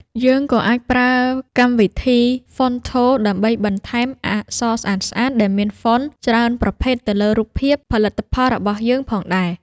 យើងក៏អាចប្រើកម្មវិធី ហ្វុនថូ ដើម្បីបន្ថែមអក្សរស្អាតៗដែលមាន ហ្វុន ច្រើនប្រភេទទៅលើរូបភាពផលិតផលរបស់យើងផងដែរ។